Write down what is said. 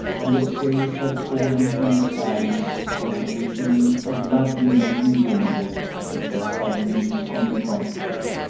when the scales had fallen from his eyes before the vision of lovely maiden-womanhood which had suddenly confronted him.